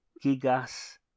Gigas